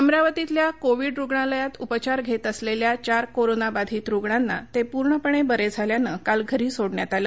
अमरावतीतल्या कोविड रूग्णालयात उपचार घेत असलेल्या चार कोरोनाबाधित रूग्णांना ते पूर्णपणे बरे झाल्यानं काल घरी सोडण्यात आलं